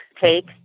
take